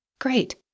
Great